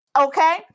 Okay